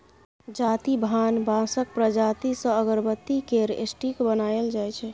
जाति भान बाँसक प्रजाति सँ अगरबत्ती केर स्टिक बनाएल जाइ छै